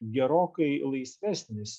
gerokai laisvesnis